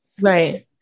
Right